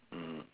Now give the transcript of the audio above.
mm